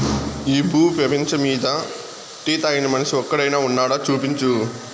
ఈ భూ పేపంచమ్మీద టీ తాగని మనిషి ఒక్కడైనా వున్నాడా, చూపించు